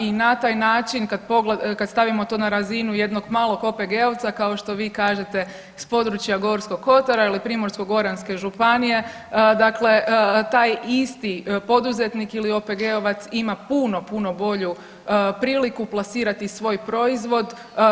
I na taj način kad pogled, kad stavimo to na razinu jednog malo OPG-ovca, kao što Vi kažete s područja Gorskog Kotara ili Primorsko-goranske županije, dakle, taj isti poduzetnik ili OPG-ovac ima puno, puno bolju priliku plasirati svoj proizvod.